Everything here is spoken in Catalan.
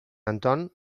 anton